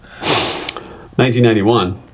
1991